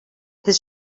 his